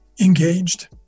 engaged